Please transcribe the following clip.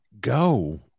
go